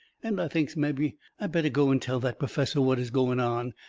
and i thinks mebby i better go and tell that perfessor what is going on,